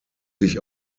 sich